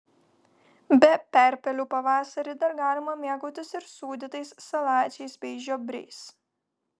be perpelių pavasarį dar galima mėgautis ir sūdytais salačiais bei žiobriais